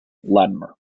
latimer